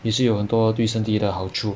也是有很多对身体的好处